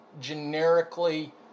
generically